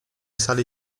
sale